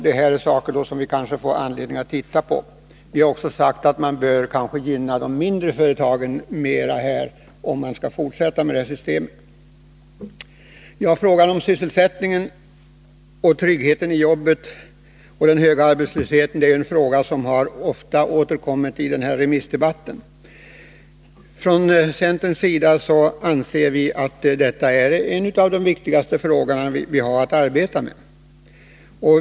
Dessa saker får vi säkert anledning att diskutera. Vi från centern har sagt att man bör hjälpa de mindre företagen, om man skall fortsätta med det nuvarande systemet. Frågan om sysselsättningen, tryggheten i jobbet och den höga arbetslösheten är en fråga som ofta har återkommit i denna remissdebatt. Från centerns sida anser vi att detta är en av de viktigaste frågor som vi har att arbeta med.